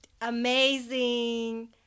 amazing